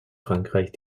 frankreich